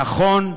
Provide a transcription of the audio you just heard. נכון,